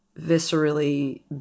viscerally